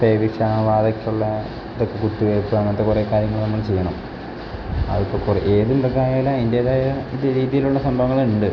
പേ വിഷ ബാധയ്ക്കുള്ള ഇതൊക്ക കുത്തിവെയ്പ്പ് അങ്ങനത്തെ കുറേ കാര്യങ്ങൾ നമ്മൾ ചെയ്യണം അതിപ്പം കുറെ ഏതൊക്കെ ആയാലും ആ അതിൻ്റേതായ ഇത് രീതിയിലുള്ള സംഭവങ്ങൾ ഉണ്ട്